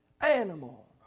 animal